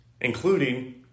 including